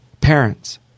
parents